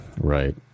right